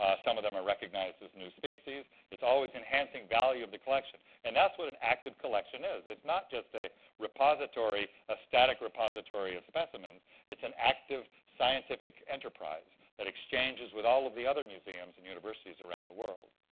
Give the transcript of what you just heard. some of them are recognized as new species. it's always enhancing value of the collection. and that's what an active collection is. it's not just a repository a static repository of specimens it's an active scientific enterprise that exchanges with all of the other museums and universities around the world.